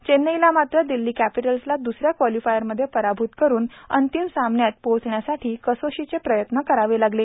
चेन्नईला मात्र दिल्ली कॅपिटल्सला द्रस या क्वालिफायरमध्ये पराभूत करून अंतिम सामन्यात पोहचण्यासाठी कसोशीचे प्रयत्न करावे लागले